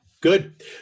good